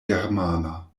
germana